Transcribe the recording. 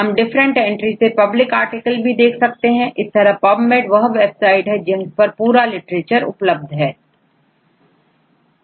हम different entry से public article देख सकते हैं इस तरह पब मेड वह वेबसाइट है जिस पर पूरा लिटरेचर डेटाबेस उपलब्ध है